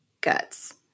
guts